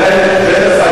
בסדר.